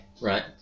Right